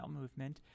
movement